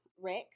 Rex